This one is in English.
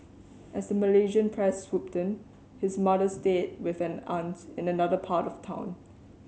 as the Malaysian press swooped in his mother stayed with an aunt in another part of town